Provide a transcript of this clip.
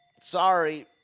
sorry